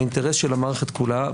האינטרס של המערכת כולה,